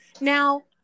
Now